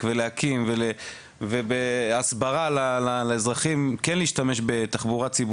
ולהקים והסברה לאזרחים כן להשתמש בתחב"צ,